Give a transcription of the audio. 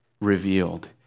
revealed